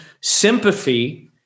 sympathy